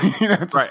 Right